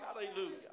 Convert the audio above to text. Hallelujah